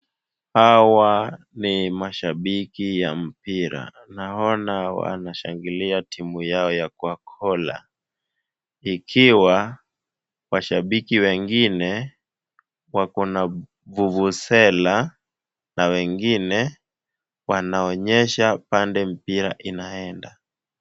Hawa ni mashabiki ya mpira. Naona wanashangilia timu yao ya Khwakhola, ikiwa mashabiki wengine wako na vuvuzela na wengine wanaonyesha pande mpira inaenda.